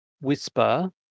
whisper